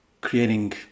creating